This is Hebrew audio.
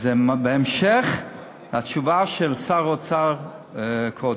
וזה בהמשך לתשובה של שר האוצר קודם.